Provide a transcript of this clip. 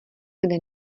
kde